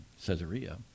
Caesarea